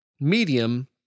medium